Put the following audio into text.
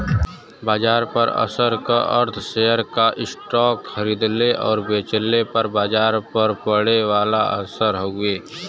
बाजार पर असर क अर्थ शेयर या स्टॉक खरीदले आउर बेचले पर बाजार पर पड़े वाला असर हउवे